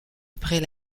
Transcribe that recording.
après